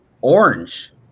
orange